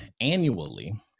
annually